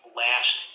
last